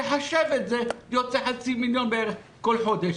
תחשב את זה, יוצא בערך חצי מיליון שקל בכל חודש.